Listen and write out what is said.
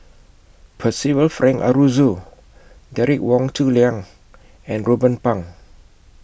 Percival Frank Aroozoo Derek Wong Zi Liang and Ruben Pang